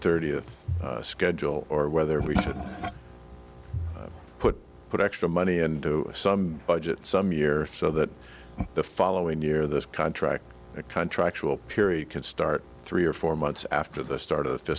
thirtieth schedule or whether we should put put extra money into some budget some year so that the following year this contract a country actual period can start three or four months after the start of the